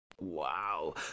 Wow